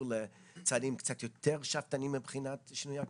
לצעדים קצת יותר שאפתניים מבחינת שינויי האקלים?